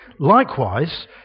Likewise